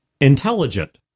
Intelligent